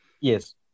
Yes